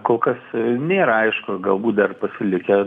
kol kas nėra aišku galbūt dar pasilikę